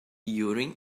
urim